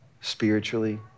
spiritually